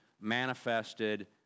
manifested